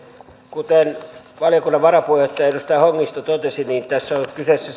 kuten valiokunnan varapuheenjohtaja edustaja hongisto totesi niin tässä on kyseessä